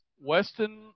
Weston